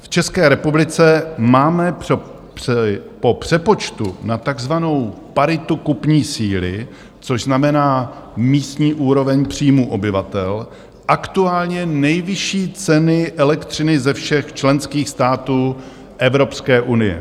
V České republice máme po přepočtu na takzvanou paritu kupní síly, což znamená místní úroveň příjmů obyvatel, aktuálně nejvyšší ceny elektřiny ze všech členských států Evropské unie.